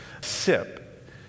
sip